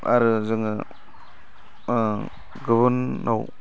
आरो जोङो गुबुनाव